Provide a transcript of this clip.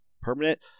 permanent